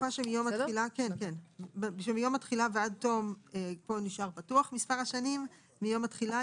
בתקופה שמיום התחילה ועד תום -נשאר פתוח מספר השנים - שנים מיום התחילה,